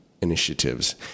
initiatives